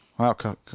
Wow